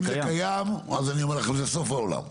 אם זה קיים, אז אני אומר לך זה סוף העולם.